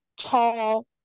tall